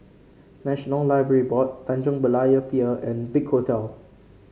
National Library Board Tanjong Berlayer Pier and Big Hotel